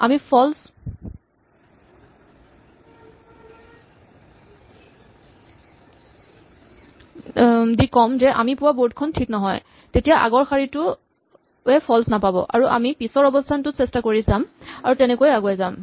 আমি ফল্চ দি ক'ম যে আমি পোৱা বৰ্ড খন ঠিক নহয় তেতিয়া আগৰ শাৰীটোৱে ফল্চ নাপাব আৰু আমি পিছৰ অৱস্হানটোত চেষ্টা কৰি যাম আৰু তেনেকৈয়ে আগুৱাই যাম